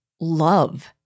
love